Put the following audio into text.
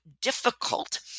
difficult